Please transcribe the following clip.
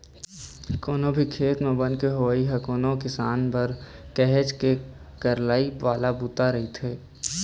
कोनो भी खेत म बन के होवई ह कोनो किसान बर काहेच के करलई वाले बूता रहिथे